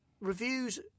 reviews